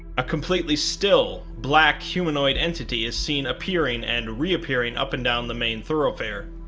a completely still black humanoid entity is seen appearing and reappearing up and down the main thorougfair.